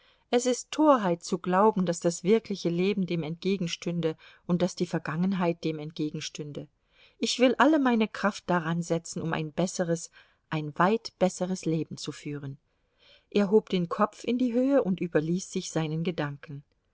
es ist torheit zu glauben daß das wirkliche leben dem entgegenstünde und daß die vergangenheit dem entgegenstünde ich will alle meine kraft daransetzen um ein besseres ein weit besseres leben zu führen er hob den kopf in die höhe und überließ sich seinen gedanken